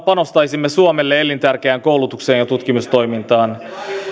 panostaisimme suomelle elintärkeään koulutukseen ja tutkimustoimintaan